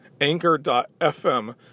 anchor.fm